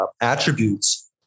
attributes